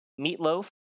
meatloaf